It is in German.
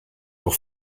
auch